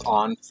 on